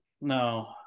no